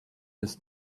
his